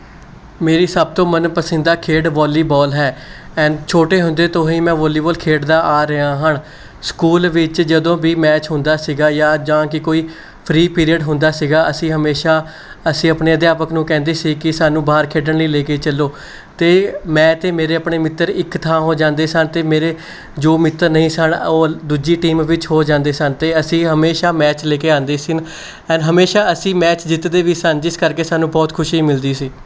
ਮੇਰੀ ਸਭ ਤੋਂ ਮਨ ਪਸੰਦ ਖੇਡ ਵੋਲੀਬੋਲ ਹੈ ਐਂਡ ਛੋਟੇ ਹੁੰਦੇ ਤੋਂ ਹੀ ਮੈਂ ਵੋਲੀਬੋਡ ਖੇਡਦਾ ਆ ਰਿਹਾ ਹਾਂ ਸਕੂਲ ਵਿੱਚ ਜਦੋਂ ਵੀ ਮੈਚ ਹੁੰਦਾ ਸੀਗਾ ਜਾਂ ਜਾਂ ਕਿ ਕੋਈ ਫਰੀ ਪੀਰੀਅਡ ਹੁੰਦਾ ਸੀਗਾ ਅਸੀਂ ਹਮੇਸ਼ਾ ਅਸੀਂ ਆਪਣੇ ਅਧਿਆਪਕ ਨੂੰ ਕਹਿੰਦੇ ਸੀ ਕਿ ਸਾਨੂੰ ਬਾਹਰ ਖੇਡਣ ਲਈ ਲੈ ਕੇ ਚੱਲੋ ਅਤੇ ਮੈਂ ਅਤੇ ਮੇਰੇ ਆਪਣੇ ਮਿੱਤਰ ਇੱਕ ਥਾਂ ਹੋ ਜਾਂਦੇ ਸਨ ਅਤੇ ਮੇਰੇ ਜੋ ਮਿੱਤਰ ਨਹੀਂ ਸਨ ਉਹ ਦੂਜੀ ਟੀਮ ਵਿੱਚ ਹੋ ਜਾਂਦੇ ਸਨ ਅਤੇ ਅਸੀਂ ਹਮੇਸ਼ਾ ਮੈਚ ਲੈ ਕੇ ਆਉਂਦੇ ਸਨ ਐਂਡ ਹਮੇਸ਼ਾ ਅਸੀਂ ਮੈਚ ਜਿੱਤਦੇ ਵੀ ਸਨ ਜਿਸ ਕਰਕੇ ਸਾਨੂੰ ਬਹੁਤ ਖੁਸ਼ੀ ਮਿਲਦੀ ਸੀ